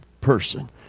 person